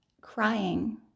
crying